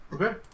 Okay